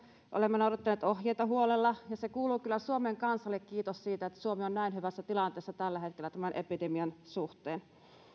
olemme noudattaneet ohjeita huolella ja kuuluu kyllä suomen kansalle kiitos siitä että suomi on näin hyvässä tilanteessa tällä hetkellä tämän epidemian suhteen